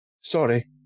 Sorry